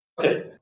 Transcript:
Okay